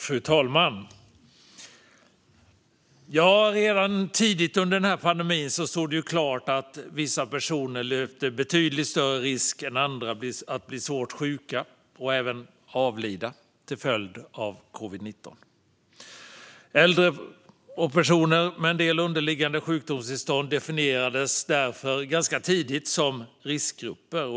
Fru talman! Redan tidigt under pandemin stod det klart att vissa personer löpte betydligt större risk än andra att bli svårt sjuka och även avlida till följd av covid-19. Äldre och personer med en del underliggande sjukdomstillstånd definierades därför ganska tidigt som riskgrupper.